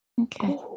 Okay